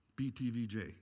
BTVJ